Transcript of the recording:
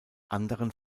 anderen